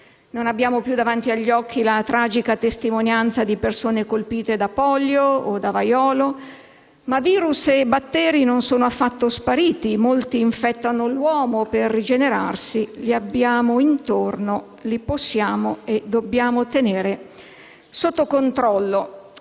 Non abbiamo più davanti agli occhi la tragica testimonianza di persone colpite da poliomelite o da vaiolo, ma *virus* e batteri non sono affatto spariti. Molti infettano l'uomo per rigenerarsi. Li abbiamo intorno, li possiamo e li dobbiamo tenere sotto controllo,